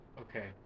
Okay